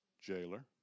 Jailer